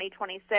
2026